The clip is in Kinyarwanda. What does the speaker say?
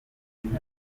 nta